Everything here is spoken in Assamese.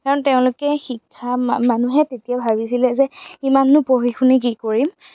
কাৰণ তেওঁলোকে শিক্ষা মা মানুহে তেতিয়া ভাবিছিলে যে ইমাননো পঢ়ি শুনি কি কৰিম